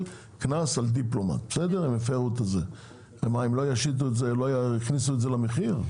קנס על דיפלומט, הם לא יכניסו את זה למחיר?